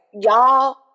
y'all